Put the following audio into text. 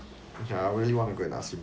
ya I really want to go and ask him